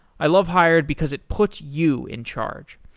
i love hired because it puts you in charge.